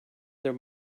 their